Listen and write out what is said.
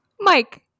Mike